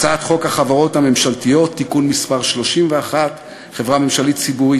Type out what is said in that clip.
הצעת חוק החברות הממשלתיות (תיקון מס' 31) (חברה ממשלתית ציבורית)